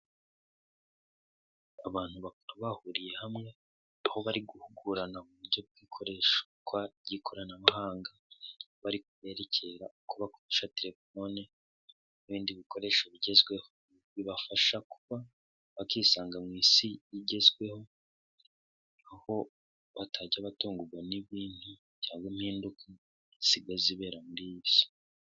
Abantu bakaba bahuriye hamwe aho bari guhugurana mu buryo bw'ikoreshwa ry'ikoranabuhanga. Bari kuberekera uko bakoresha telefoni n'ibindi bikoresho bigezweho. Bibafasha kuba bakisanga mu isi igezweho aho batajya batungurwa n'ibintu by'impinduka ziba zibera muri iyi si.